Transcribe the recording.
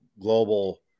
global